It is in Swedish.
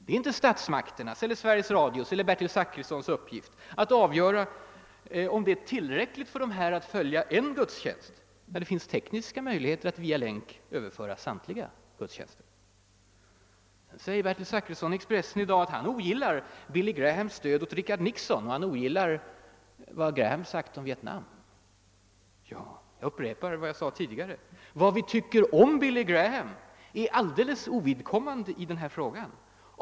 Det är inte statsmakterna eller Sveriges Radio eller Bertil Zachrisson som skall avgöra om det är tillräckligt att följa en gudstjänst, när det finns tekniska möjligheter att via länk överföra samtliga gudstjänster. Sedan säger Bertil Zachrisson att han ogillar Billy Grahams stöd åt Richard Nixon och vad han sagt om Vietnam. Jag upprepar vad jag sade tidigare: Vad vi tycker om Billy Graham är alldeles ovidkommande i denna fråga.